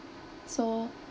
so